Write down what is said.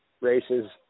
races